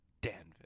Danville